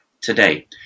today